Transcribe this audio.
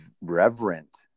reverent